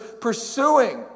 pursuing